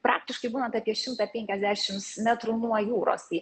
praktiškai būnant apie šimtą penkiasdešimts metrų nuo jūros tai